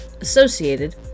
associated